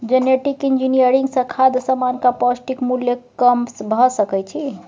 genetic engineering सँ खाद्य समानक पौष्टिक मुल्य कम भ सकै छै